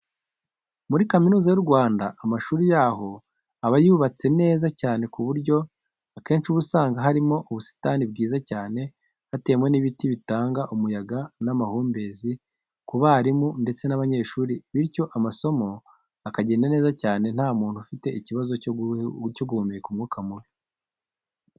Muri Kaminuza y'u Rwanda, amashuri yaho aba yubatse neza cyane ku buryo akenshi uba usanga harimo ubusitani bwiza cyane buteyemo n'ibiti bitanga umuyaga n'amahumbezi ku barimu ndetse n'abanyeshuri, bityo amasomo akagenda neza cyane nta muntu ufite ikibazo cyo guhumeka umwuka mubi.